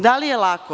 Da li je lako?